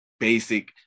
basic